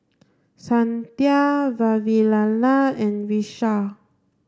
Santha Vavilala and Vishal